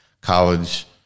college